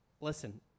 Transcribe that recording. Listen